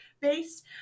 base